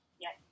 Yes